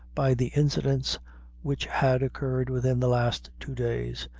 by the incidents which had occurred within the last two days,